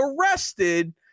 arrested